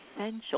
essential